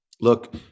Look